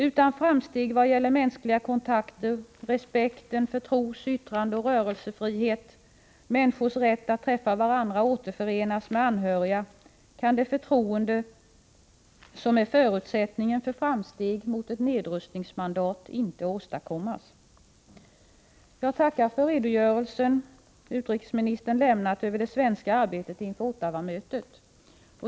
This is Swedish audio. Utan framsteg vad gäller mänskliga kontakter, respekten för tros-, yttrande-, och rörelsefrihet, människors rätt att träffa varandra och återförenas med anhöriga, kan det förtroende som är förutsättningen för framsteg mot ett nedrustningsmandat inte åstadkommas. Jag tackar för den redogörelse utrikesministern lämnade över det svenska arbetet inför Ottawamötet.